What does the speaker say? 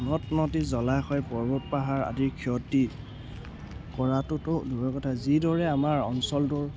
নদ নদী জলাশয় পৰ্বত পাহাৰ আদিৰ ক্ষতি কৰাটোতো দূৰৰে কথা যিদৰে আমাৰ অঞ্চলটোৰ